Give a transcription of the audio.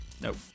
nope